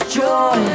joy